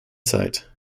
zeit